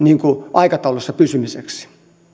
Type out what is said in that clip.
aikataulussa pysymiseksi